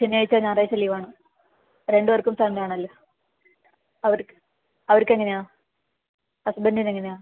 ശനിയാഴ്ച ഞായറാഴ്ച ലീവാണ് രണ്ട് പേർക്കും ആണല്ലോ അവർക്ക് അവർക്ക് എങ്ങനെയാണ് ഹസ്ബൻഡിന് എങ്ങനെയാണ്